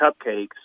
cupcakes